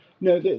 No